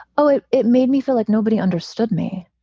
oh, it it made me feel like nobody understood me.